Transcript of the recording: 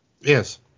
yes